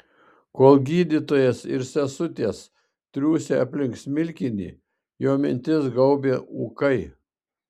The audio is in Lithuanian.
kol gydytojas ir sesutės triūsė aplink smilkinį jo mintis gaubė ūkai